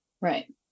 Right